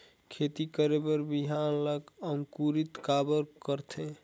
खेती करे बर बिहान ला अंकुरित काबर करथे?